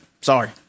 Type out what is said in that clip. sorry